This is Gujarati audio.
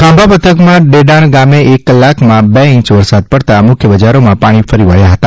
ખાંભા પંથકમાં ડેડાણ ગામે એક કલાકમાં બે છંચ વરસાદ પડતા મુખ્ય બજારોમાં પાણી ફરી વબ્યા છે